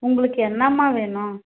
உங்களுக்கு என்னம்மா வேணும்